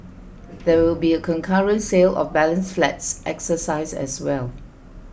there will be a concurrent sale of balance flats exercise as well